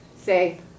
say